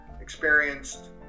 experienced